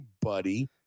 buddy